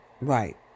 Right